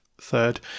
third